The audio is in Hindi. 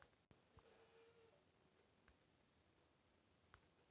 शैवाल की खेती के समान, शंख की खेती कई तरीकों से की जा सकती है